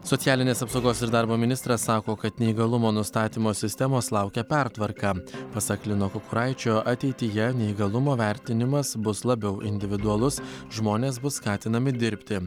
socialinės apsaugos ir darbo ministras sako kad neįgalumo nustatymo sistemos laukia pertvarka pasak lino kukuraičio ateityje neįgalumo vertinimas bus labiau individualus žmonės bus skatinami dirbti